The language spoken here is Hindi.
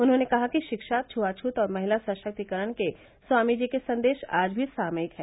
उन्होंने कहा कि शिक्षा छुआछूत और महिला सशक्तिकरण के स्वामी जी के संदेश आज भी सामर्थिक हैं